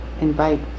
invite